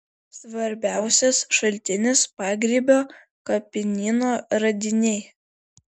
svarbiausias šaltinis pagrybio kapinyno radiniai